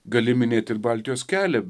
gali minėt ir baltijos kelią